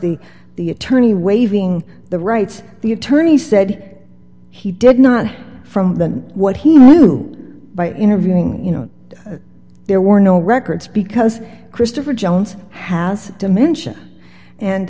the the attorney waiving the rights the attorney said he did not from what he knew by interviewing you know there were no records because christopher jones has dementia